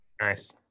nice